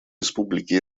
республики